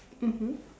mmhmm